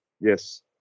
yes